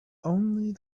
only